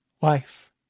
wife